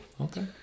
Okay